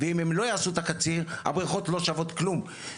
ואם הם לא יעשו את הקציר הבריכות לא שוות כלום,